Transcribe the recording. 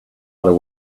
other